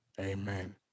Amen